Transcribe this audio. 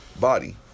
body